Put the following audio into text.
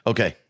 Okay